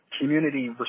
community